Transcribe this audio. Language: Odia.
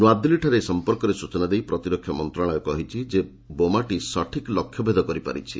ନୂଆଦିଲ୍ଲୀଠାରେ ଏ ସଂପର୍କରେ ସୂଚନା ଦେଇ ପ୍ରତିରକ୍ଷା ମନ୍ତ୍ରଣାଳୟ କହିଛି ଯେ ବୋମାଟି ସଠିକ୍ ଲକ୍ଷ୍ୟଭେଦ କରିପାରିଛି